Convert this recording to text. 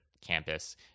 campus